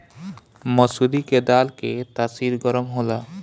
मसूरी के दाल के तासीर गरम होला